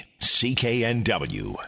CKNW